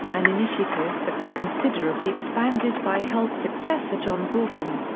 an initiative that was considerably expanded by holt's successor john gorton.